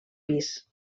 pis